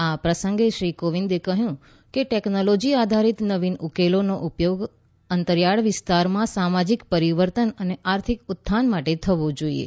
આ પ્રસંગે શ્રી કોવિંદે કહ્યું કે ટેકનોલોજી આધારિત નવીન ઉકેલોનો ઉપયોગ આંતરિયાળ વિસ્તારમાં સામાજિક પરિવર્તન અને આર્થિક ઉત્થાન માટે થવો જોઈએ